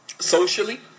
socially